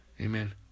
Amen